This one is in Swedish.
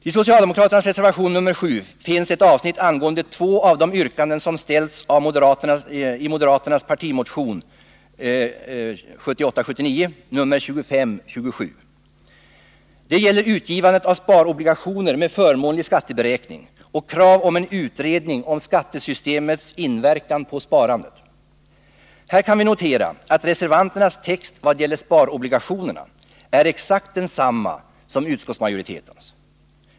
I socialdemokraternas reservation nr 7 finns ett avsnitt angående två av de yrkanden som ställs i moderaternas partimotion 1978/79:2527. Det gäller utgivande av sparobligationer med förmånlig skatteberäkning och krav på en utredning om skattesystemets inverkan på sparandet. Här kan vi notera att reservanternas text vad gäller sparobligationerna är exakt densamma som utskottsmajoritetens.